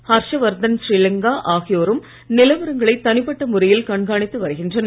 ஹர்ஷ் வர்தன் ஷிரிங்லா ஆகியோரும் நிலவரங்களை தனிப்பட்ட முறையில் கண்காணித்து வருகின்றனர்